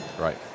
Right